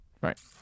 Right